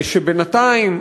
שבינתיים,